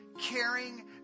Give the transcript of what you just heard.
caring